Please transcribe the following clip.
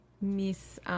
Miss